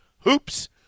hoops